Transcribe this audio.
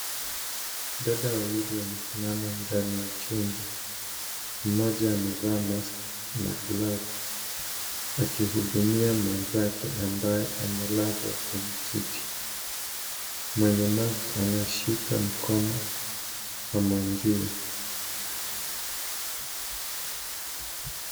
Dada wawili wamesimama ndani ya chumba. Mmoja amevaa maski na glove ,akihudumia mwenzake, ambaye amelazwa kwenye kiti. Mwenye maski anashika mkono wa mwenziwe.